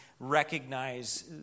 recognize